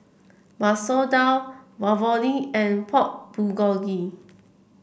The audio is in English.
Masoor Dal Ravioli and Pork Bulgogi